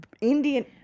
Indian